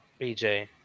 BJ